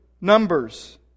Numbers